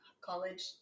college